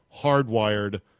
hardwired